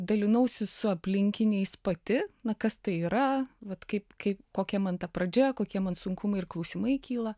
dalinausi su aplinkiniais pati na kas tai yra vat kaip kaip kokia man ta pradžia kokie sunkumai ir klausimai kyla